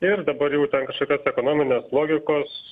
ir dabar jau ten kažkokios ekonominės logikos